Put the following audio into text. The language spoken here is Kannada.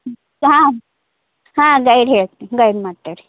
ಹ್ಞೂ ಹಾಂ ಹಾಂ ಗೈಡ್ ಹೇಳ್ತೀವಿ ಗೈಡ್ ಮಾಡ್ತೀವಿ ರೀ